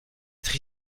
être